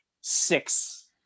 six